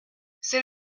c’est